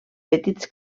petits